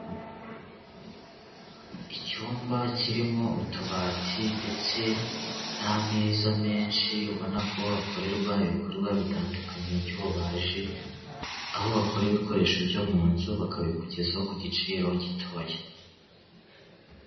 Icyumba kirimo utubati ndetse n'ameza menshi ubona ko hakorerwa ibikorwa bitandukanye by'ububaji, aho bakora ibikoresho byo mu nzu bakabikugezaho ku giciro gitoya.